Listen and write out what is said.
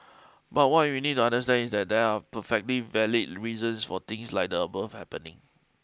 but what you need to understand is that there are perfectly valid reasons for things like the above happening